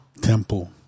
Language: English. Temple